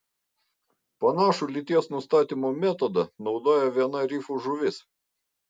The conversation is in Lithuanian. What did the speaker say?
panašų lyties nustatymo metodą naudoja viena rifų žuvis